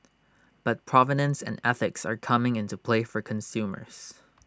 but provenance and ethics are coming into play for consumers